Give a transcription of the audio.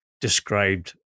described